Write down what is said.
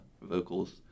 vocals